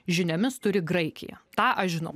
žiniomis turi graikija tą aš žinau